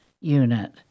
unit